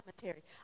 commentary